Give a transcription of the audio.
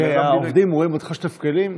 כשהעובדים רואים אותך שוטף כלים,